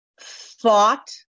thought